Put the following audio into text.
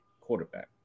quarterback